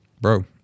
Bro